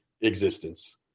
existence